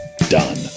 done